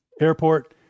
airport